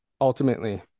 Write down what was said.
ultimately